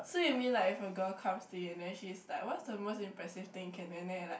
so you mean like if a girl comes to you and then she is like what's the most impressive thing can do and then you're like